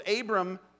Abram